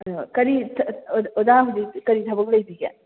ꯑꯗꯣ ꯀꯔꯤ ꯑꯣꯖꯥ ꯍꯧꯖꯤꯛ ꯀꯔꯤ ꯊꯕꯛ ꯂꯩꯕꯤꯒꯦ